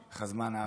איך הזמן עף.